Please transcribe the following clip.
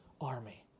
army